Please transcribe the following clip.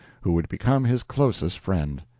who would become his closest friend.